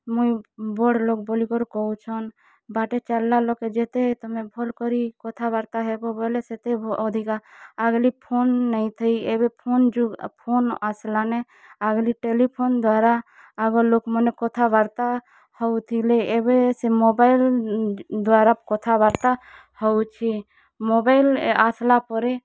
ମୁଇଁ ବଡ଼୍ ଲୋକ୍ ବୋଲିକରି କହୁଛନ୍ ବାଟେ ଚାଲ୍ଲା ଲୋକ୍କେ ଯେତେ ତମେ ଭଲ୍ କରି କଥାବାର୍ତ୍ତା ହେବ ବଏଲେ ସେତେ ଅଧିକା ଆଗ୍ଲି ଫୋନ୍ ନେଇଁ ଥାଇ ଏବେ ଫୋନ୍ ଯୁଗ୍ ଫୋନ୍ ଆସ୍ଲାନେ ଆଗ୍ଲି ଟେଲିଫୋନ୍ ଦ୍ୱାରା ଆଗ ଲୋକ୍ମାନେ କଥାବାର୍ତ୍ତା ହଉଥିଲେ ଏବେ ସେ ମୋବାଇଲ୍ ଦ୍ୱାରା କଥାବାର୍ତ୍ତା ହଉଛେ ମୋବାଇଲ୍ ଇ ଆସ୍ଲା ପରେ